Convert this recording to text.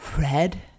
red